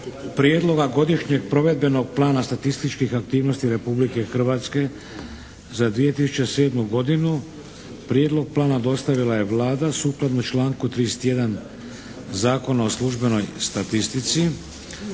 Prijedloga godišnjeg provedbenog plana statističkih aktivnosti Republike Hrvatske za 2007. godinu Prijedlog plana dostavila je Vlada sukladno članku 31. Zakona o službenoj statistici,